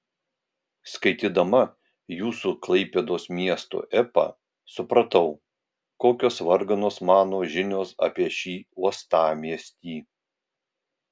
skaitydama jūsų klaipėdos miesto epą supratau kokios varganos mano žinios apie šį uostamiestį